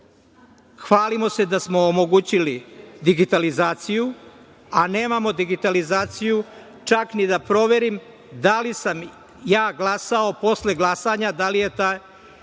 se da smo omogućili digitalizaciju, a nemamo digitalizaciju čak ni da proverim da li sam ja glasao posle saopštavanja